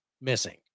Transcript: missing